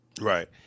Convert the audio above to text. right